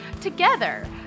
Together